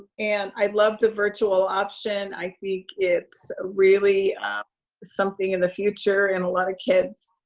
and i love the virtual option, i think it's really something in the future and a lot of kids,